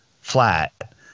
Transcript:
flat